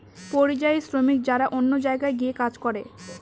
পরিযায়ী শ্রমিক যারা অন্য জায়গায় গিয়ে কাজ করে